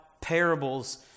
parables